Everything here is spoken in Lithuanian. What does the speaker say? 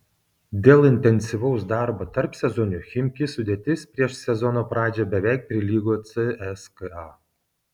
dėl intensyvaus darbo tarpsezoniu chimki sudėtis prieš sezono pradžią beveik prilygo cska